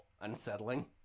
unsettling